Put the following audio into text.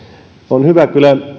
on hyvä